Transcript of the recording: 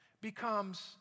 becomes